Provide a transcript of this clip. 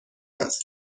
است